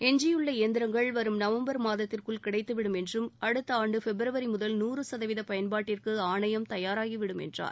எஞ்சியுள்ள இயந்திரங்கள் வரும் நவம்பர் மாதத்திற்குள் கிடைத்துவிடும் என்றும் அடுத்த ஆண்டு பிப்ரவரி முதல் நூறு சதவீத பயன்பாட்டிற்கு ஆணையம் தயாராகிவிடும் என்றார்